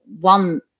one